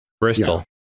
bristol